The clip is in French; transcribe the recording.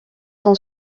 sont